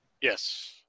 Yes